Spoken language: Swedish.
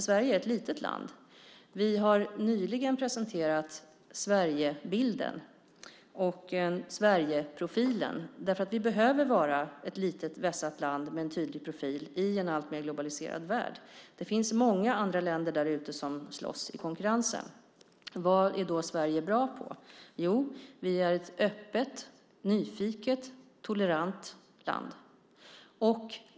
Sverige är ett litet land. Vi har nyligen presenterat Sverigebilden och Sverigeprofilen. Vi behöver vara ett litet vässat land med en tydlig profil i en alltmer globaliserad värld. Det finns många andra länder där ute som slåss i konkurrensen. Vad är då Sverige bra på? Jo, vi är ett öppet, nyfiket och tolerant land.